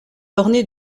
ornée